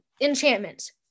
enchantments